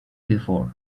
before